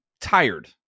tired